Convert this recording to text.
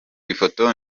ifoto